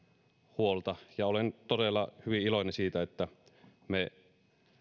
huolta ja olen todella hyvin iloinen siitä että me